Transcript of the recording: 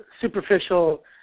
superficial